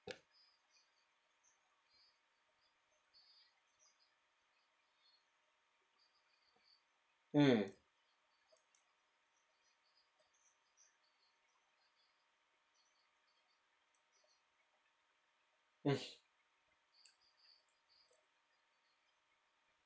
mm mm